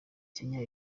kenya